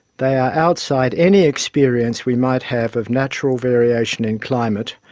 they are outside any experience we might have of natural variation in climate,